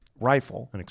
rifle